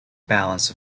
balance